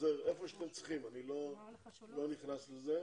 חוזר איפה שאתם צריכים, אני לא נכנס לזה.